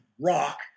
rock